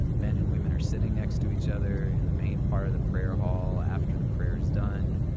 men and women are sitting next to each other in the main part of the prayer hall after the prayer is done.